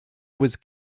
was